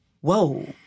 Whoa